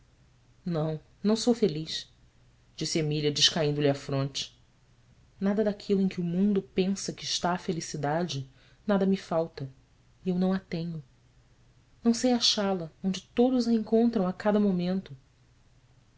não não sou feliz disse emília descaindo lhe a fronte ada daquilo em que o mundo pensa que está a felicidade nada me falta e eu não a tenho não sei achá-la onde todos a encontram a cada momento